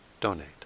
donate